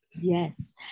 Yes